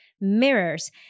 mirrors